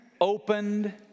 opened